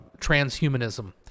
transhumanism